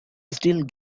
still